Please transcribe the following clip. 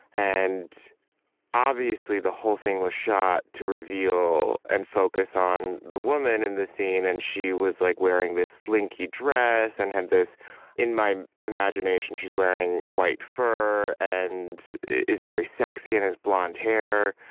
and obviously, the whole thing was shot to reveal and focus on the woman in the scene. and she was like, wearing this slinky dress and had this in my imagination, she's wearing white fur and is very sexy and has blonde hair.